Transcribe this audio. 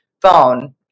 phone